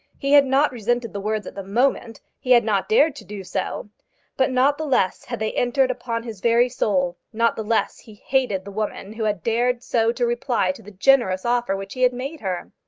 he had not resented the words at the moment he had not dared to do so but not the less had they entered upon his very soul not the less he hated the woman who had dared so to reply to the generous offer which he had made her.